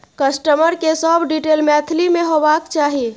customer के सब detail Maithili में होबाक चाही